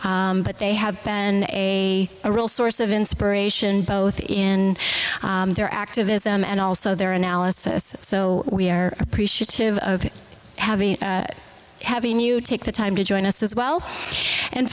of but they have been a real source of inspiration both in their activism and also their analysis so we are appreciative of having having you take the time to join us as well and